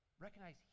recognize